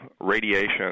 radiation